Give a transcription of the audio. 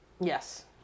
Yes